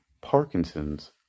Parkinson's